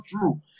true